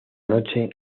noche